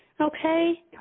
Okay